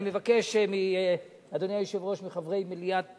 אני מבקש, אדוני היושב-ראש, מחברי מליאת